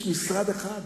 יש משרד אחד